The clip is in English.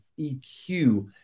EQ